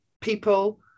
people